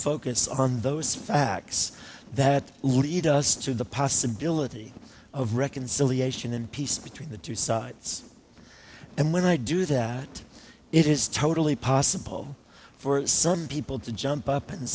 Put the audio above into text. focus on those facts that lead us to the possibility of reconciliation and peace between the two sides and when i do that it is totally possible for some people to jump up and